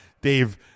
Dave